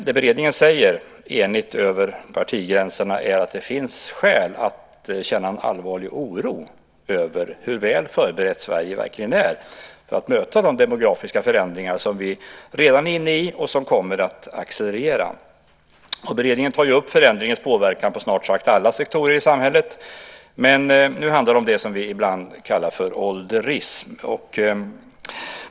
Det beredningen säger, enigt över partigränserna, är att det finns skäl att känna en allvarlig oro över hur väl förberett Sverige verkligen är för att möta de demografiska förändringar som vi redan är inne i och som kommer att accelerera. Beredningen tar upp förändringens påverkan på snart sagt alla sektorer i samhället, men nu handlar det om det som vi ibland kallar för "ålderism".